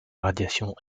radiations